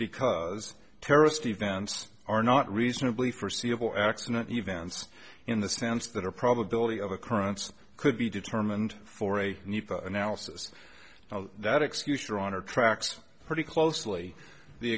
because terrorist events are not reasonably forseeable accident events in the sense that a probability of occurrence could be determined for a new analysis that excuse drawn or tracks pretty closely the